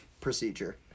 Procedure